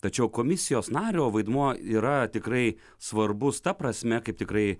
tačiau komisijos nario vaidmuo yra tikrai svarbus ta prasme kaip tikrai